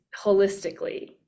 holistically